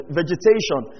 vegetation